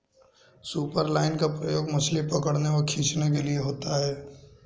superline का प्रयोग मछली पकड़ने व खींचने के लिए होता है